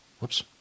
Whoops